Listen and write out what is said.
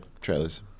trailers